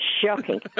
Shocking